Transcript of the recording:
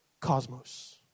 cosmos